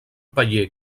paller